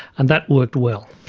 and that worked well.